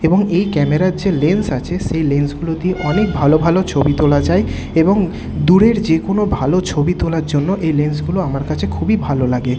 এবং এই ক্যামেরার যে লেন্স আছে সেই লেন্সগুলো দিয়ে অনেক ভালো ভালো ছবি তোলা যায় এবং দূরের যে কোনো ভালো ছবি তোলার জন্য এই লেন্সগুলো আমার কাছে খুবই ভালো লাগে